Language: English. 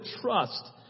trust